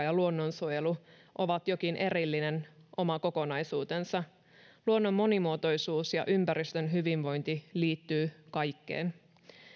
ja luonnonsuojelu ovat jokin erillinen oma kokonaisuutensa luonnon monimuotoisuus ja ympäristön hyvinvointi liittyy kaikkeen